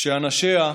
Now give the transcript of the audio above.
כשאנשיה,